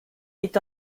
est